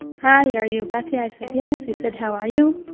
hi, are you batya? i said, yes. he said, how are you?